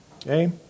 Okay